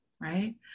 right